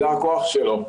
זה הכוח שלו.